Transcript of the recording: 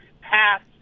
passed